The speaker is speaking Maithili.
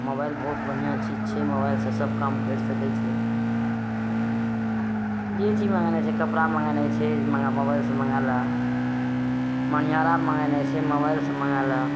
मोबाइल बहुत बढ़िआँ चीज छियै मोबाइलसँ सब काम करि सकैत छियै हँ जे चीज मङ्गेनाइ छै कपड़ा मङ्गेनाइ छै मोबाइलसँ मङ्गाए लऽ मनिहारा मङ्गेनाइ छै मोबाइलसँ मङ्गाए लऽ